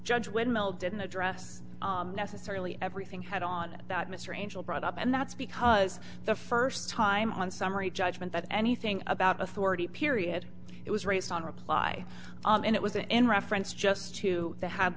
judge windmill didn't address necessarily everything had on it that mr angel brought up and that's because the first time on summary judgment that anything about authority period it was raced on reply and it was in reference just to the ha